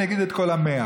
אני אגיד את כל ה-100.